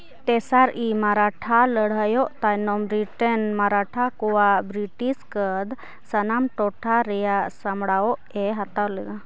ᱛᱮᱥᱟᱨ ᱤ ᱢᱟᱨᱟᱴᱷᱟ ᱞᱟᱹᱲᱦᱟᱹᱭᱚᱜ ᱛᱟᱭᱱᱚᱢ ᱨᱤᱴᱮᱱ ᱢᱟᱨᱟᱴᱷᱟ ᱠᱚᱣᱟᱜ ᱵᱨᱤᱴᱤᱥ ᱠᱟᱨᱰ ᱥᱟᱱᱟᱢ ᱴᱚᱴᱷᱟ ᱨᱮᱭᱟᱜ ᱥᱟᱢᱲᱟᱣ ᱮ ᱦᱟᱛᱟᱣ ᱞᱮᱫᱟ